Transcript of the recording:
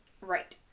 Right